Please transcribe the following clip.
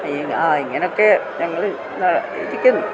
ഈ ആ ഇങ്ങനൊക്കെ ഞങ്ങൾ ഇരിക്കുന്നു